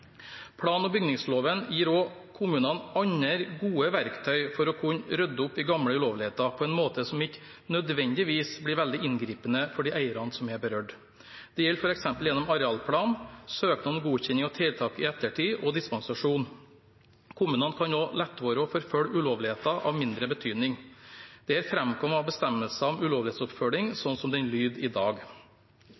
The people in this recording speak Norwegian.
Plan- og bygningsloven gir også kommunene andre, gode verktøy for å kunne rydde opp i gamle ulovligheter på en måte som ikke nødvendigvis blir veldig inngripende for de eierne som er berørt. Det gjelder f.eks. gjennom arealplan, søknad om godkjenning av tiltaket i ettertid og dispensasjon. Kommunene kan også la være å forfølge ulovligheter av mindre betydning. Dette fremkommer av bestemmelsen om ulovlighetsoppfølging,